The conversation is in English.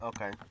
Okay